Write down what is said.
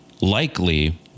Likely